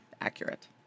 accurate